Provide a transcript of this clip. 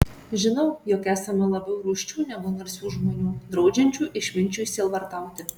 žinau jog esama labiau rūsčių negu narsių žmonių draudžiančių išminčiui sielvartauti